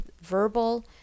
verbal